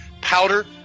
Powder